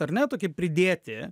ar ne tokį pridėti